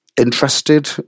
interested